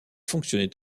fonctionnait